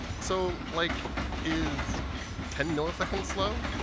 so like is ten milliseconds slow?